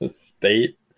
state